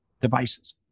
devices